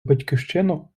батьківщину